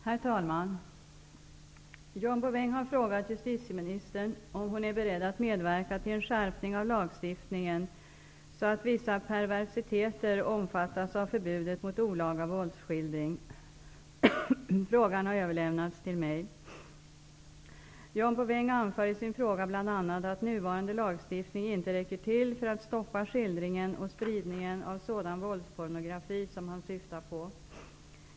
Herr talman! John Bouvin har frågat justitieministern om hon är beredd att medverka till en skärpning av lagstiftningen så att vissa ''perversiteter'' omfattas av förbudet mot olaga våldsskildring. Frågan har överlämnats till mig. John Bouvin anför i sin fråga bl.a. att nuvarande lagstiftning inte räcker till för att stoppa skildringen och spridningen av sådan våldspornografi som han syftar på.